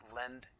lend